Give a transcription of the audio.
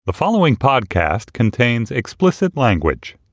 the following podcast contains explicit language